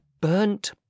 burnt